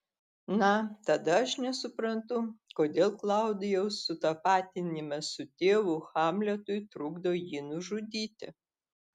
na tada aš nesuprantu kodėl klaudijaus sutapatinimas su tėvu hamletui trukdo jį nužudyti